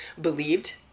believed